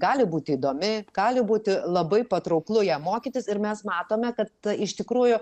gali būti įdomi gali būti labai patrauklu ją mokytis ir mes matome kad iš tikrųjų